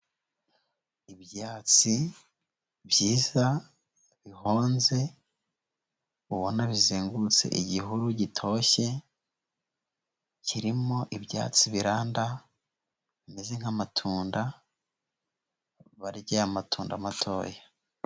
Ibyatsi byiza bihonze ubona bizengurutse igihuru gitoshye kirimo ibyatsi biranda bimeze nk'amatunda barya amatunda matoya.